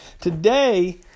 Today